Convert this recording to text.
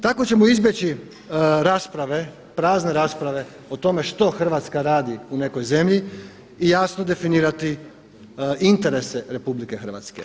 Tako ćemo izbjeći rasprave, prazne rasprave o tome što Hrvatska radi u nekoj zemlji i jasno definirati interese RH.